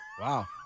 Wow